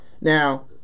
Now